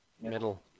Middle